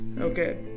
Okay